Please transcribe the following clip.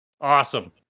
awesome